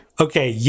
Okay